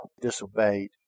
disobeyed